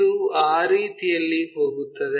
ಇದು ಆ ರೀತಿಯಲ್ಲಿ ಹೋಗುತ್ತದೆ